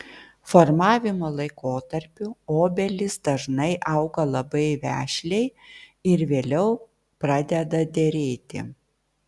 formavimo laikotarpiu obelys dažnai auga labai vešliai ir vėliau pradeda derėti